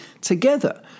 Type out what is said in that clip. together